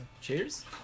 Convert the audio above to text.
cheers